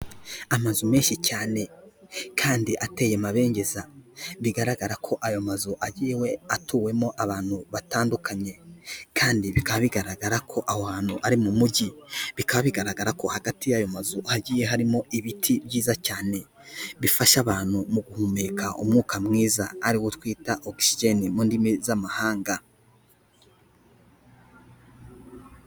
Amazu menshi cyane kandi ateye amabengeza, bigaragara ko ayo mazu agiye atuwemo abantu batandukanye kandi bikaba bigaragara ko aho hantu ari mu mujyi. Bikaba bigaragara ko hagati y'ayo mazu hagiye harimo ibiti byiza cyane, bifasha abantu mu guhumeka umwuka mwiza ari wo twita ogisijeni mu ndimi z'amahanga.